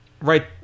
Right